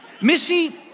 Missy